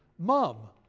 mum